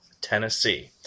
Tennessee